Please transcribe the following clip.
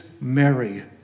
Mary